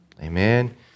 Amen